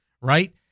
right